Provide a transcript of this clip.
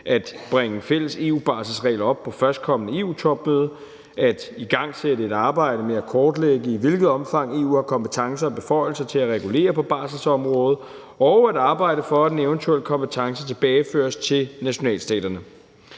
at bringe fælles EU-barselsregler op på førstkommende EU-topmøde, at igangsætte et arbejde med at kortlægge, i hvilket omfang EU har kompetencer og beføjelser til at regulere på barselsområdet, og at arbejde for, at en eventuel kompetence tilbageføres til nationalstaterne.